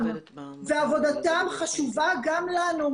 ועבודתם חשובה גם לנו.